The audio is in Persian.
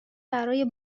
برای